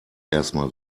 erstmal